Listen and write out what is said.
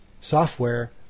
software